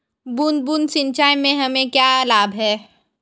बूंद बूंद सिंचाई से हमें क्या लाभ है?